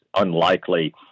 unlikely